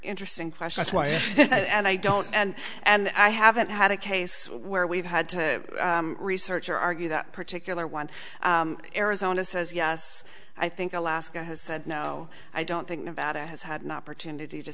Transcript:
interesting question and i don't and and i haven't had a case where we've had to research or argue that particular one arizona says yes i think alaska has said no i don't think about it has had an opportunity to